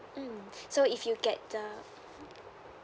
mm so if you get the